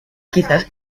quizás